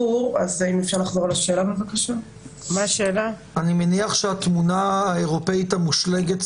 חלק מזכויותיו של נפגע העבירה מול מערכת הבריאות.